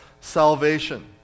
salvation